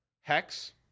Hex